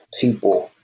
people